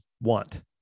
want